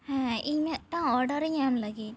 ᱦᱮᱸ ᱤᱧ ᱢᱮᱫᱴᱟᱝ ᱳᱰᱟᱨ ᱤᱧ ᱮᱢ ᱞᱟᱹᱜᱤᱫ